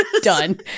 done